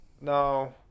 no